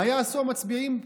מה יעשו המצביעים?